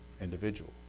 individual